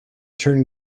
turn